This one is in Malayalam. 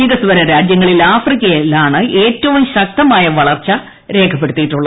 വികസ്വര രാജ്യങ്ങളിൽ ആഫ്രിക്കയിലാണ് ൃഷ്ട്രിറ്റ്വും ശക്തമായ വളർച്ച രേഖപ്പെടുത്തിയിട്ടുള്ളത്